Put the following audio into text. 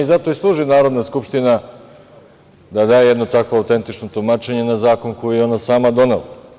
Zato i služi Narodna skupština da da jedno takvo autentično tumačenje na zakon koji je ona sama donela.